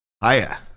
Hiya